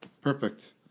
Perfect